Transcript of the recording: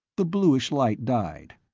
the bluish light died.